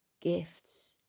gifts